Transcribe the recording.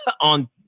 on